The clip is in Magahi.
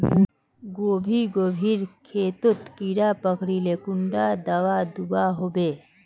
गोभी गोभिर खेतोत कीड़ा पकरिले कुंडा दाबा दुआहोबे?